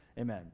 amen